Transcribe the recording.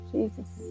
Jesus